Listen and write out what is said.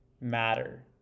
matter